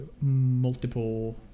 multiple